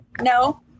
No